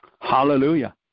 Hallelujah